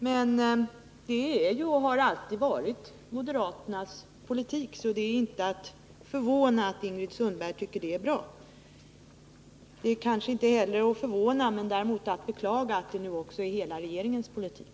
Men det är ju och har alltid varit moderaternas politik, så det är inte ägnat att förvåna att Ingrid Sundberg tycker det är bra. Det är kanske inte heller att förvånas över men däremot att beklaga att det nu också är hela regeringens politik.